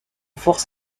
forces